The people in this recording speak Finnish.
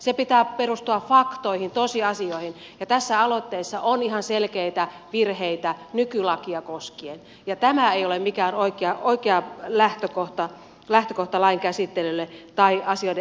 sen pitää perustua faktoihin tosiasioihin ja tässä aloitteessa on ihan selkeitä virheitä nykylakia koskien ja se ei ole mikään oikea lähtökohta lain käsittelylle tai asioiden eteenpäinviemiselle